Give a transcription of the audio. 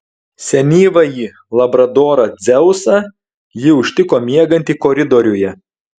senyvąjį labradorą dzeusą ji užtiko miegantį koridoriuje